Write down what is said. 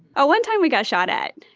one time, we got shot at.